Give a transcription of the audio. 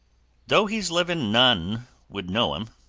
though he's livin' none would know him,